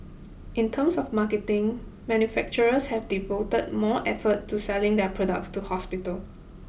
in terms of marketing manufacturers have devoted more effort to selling their products to hospitals